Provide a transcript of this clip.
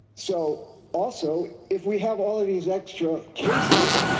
so also if we have all of these extra cases,